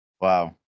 Wow